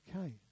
Okay